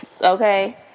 Okay